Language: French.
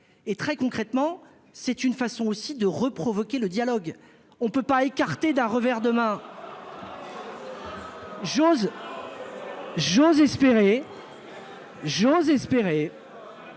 et très concrètement, c'est une façon aussi de re provoquer le dialogue. On ne peut pas écarter d'un revers de main. J'ose espérer. J'ose espérer.